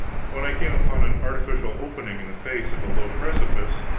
when i came upon an artificial opening in the face of a low precipice,